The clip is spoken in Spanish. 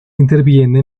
interviene